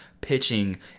pitching